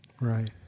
Right